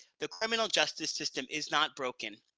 the criminal justice system is not broken.